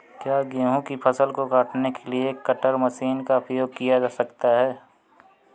क्या गेहूँ की फसल को काटने के लिए कटर मशीन का उपयोग किया जा सकता है?